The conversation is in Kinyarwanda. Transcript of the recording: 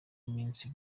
iminsi